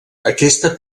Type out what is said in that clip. aquesta